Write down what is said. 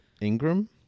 Ingram